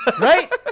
right